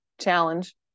Challenge